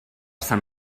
sant